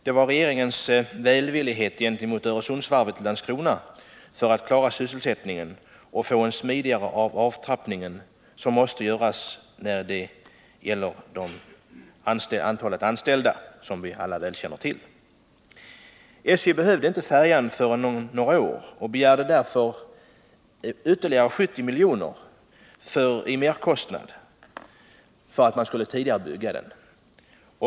Det var regeringens välvillighet gentemot Öresundsvarvet i Landskrona för att klara sysselsättningen och få en smidigare avtrappning när det gäller minskningen av antalet anställda. Vi känner ju alla till att detta måste ske. SJ behövde inte färjan förrän om några år och begärde därför ytterligare 70 milj.kr. för att bygga den tidigare.